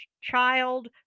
Child